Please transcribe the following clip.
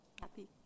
happy